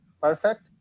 perfect